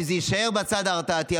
שזה יישאר בצד ההרתעתי,